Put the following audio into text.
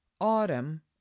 Autumn